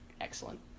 Excellent